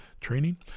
training